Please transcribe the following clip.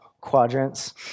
quadrants